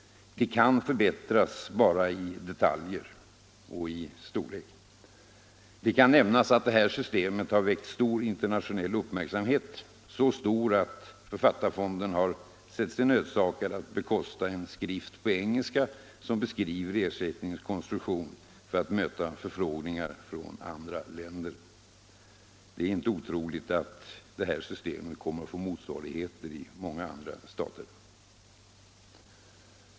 Det kan förbättras bara i detaljer och i storlek. Det kan nämnas att detta system väckt stor internationell uppmärksamhet —- Så stor att författarfonden sett sig nödsakad att bekosta en skrift på engelska, som beskriver ersättningens konstruktion, för att möta förfrågningar från andra länder. Det är inte otroligt att systemet kommer att få motsvarigheter i många andra stater.